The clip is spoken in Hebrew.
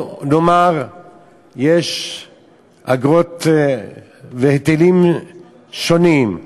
או נאמר יש אגרות והיטלים שונים,